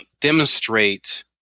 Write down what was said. demonstrate